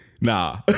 Nah